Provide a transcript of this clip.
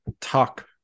talk